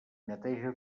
neteja